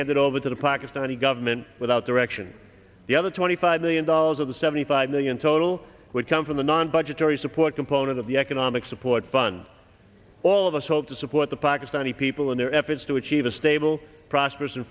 handed over to the pakistani government without direction the other twenty five million dollars of the seventy five million total would come from the non budgetary support component of the economic support fun all of us hope to support the pakistani people in their efforts to achieve a stable prosperous